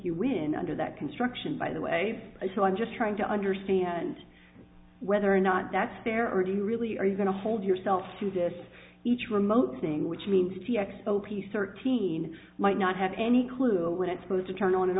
you win under that construction by the way so i'm just trying to understand whether or not that's fair or do you really are going to hold yourself to this each remote thing which means t x o p s thirteen might not have any clue when it supposed to turn on and